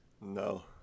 no